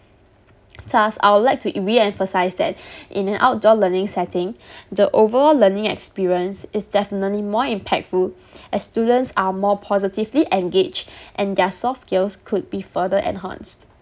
thus I would like to re emphasise that in an outdoor learning setting the overall learning experience is definitely more impactful as students are more positively engaged and their soft skills could be further enhanced